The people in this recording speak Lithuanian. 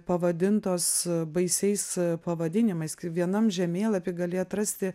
pavadintos baisiais pavadinimais kai vienam žemėlapy gali atrasti